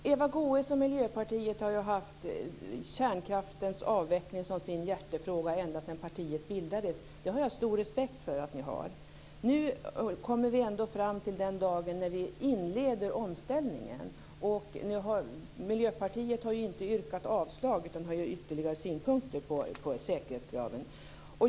Herr talman! Eva Goës och Miljöpartiet har haft kärnkraftens avveckling som sin hjärtefråga ända sedan partiet bildades. Det har jag stor respekt för. Nu kommer vi ändå fram till den dag då vi inleder omställningen. Miljöpartiet har inte yrkat avslag utan har ytterligare synpunkter på säkerhetskraven.